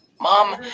Mom